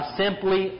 simply